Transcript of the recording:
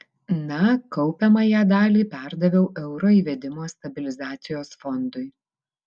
na kaupiamąją dalį perdaviau euro įvedimo stabilizacijos fondui